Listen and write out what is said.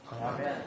Amen